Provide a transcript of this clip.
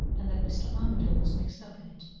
and that mr. armadale was mixed up in it.